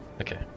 Okay